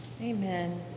Amen